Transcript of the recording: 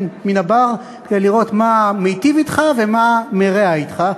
מן הבר כדי לראות מה מיטיב אתך ומה מרע אתך.